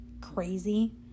crazy